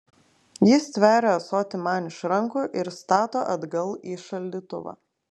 ji stveria ąsotį man iš rankų ir stato atgal į šaldytuvą